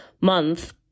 month